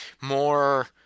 more